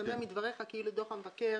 השתמע מדבריך כאילו דוח המבקר